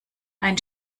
ein